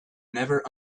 never